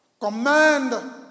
command